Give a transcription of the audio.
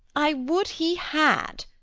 i would he had!